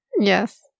Yes